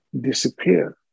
disappear